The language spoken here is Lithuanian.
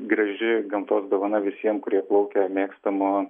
graži gamtos dovana visiem kurie plaukia mėgstamu